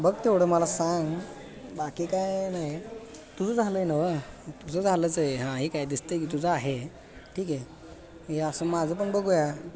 बघ तेवढं मला सांग बाकी काय नाही तुझं झालं आहे नव्हं तुझं झालंच आहे हा हे काय दिसतं आहे की तुझं आहे ठी आहे हे असं माझं पण बघूया